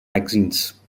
magazines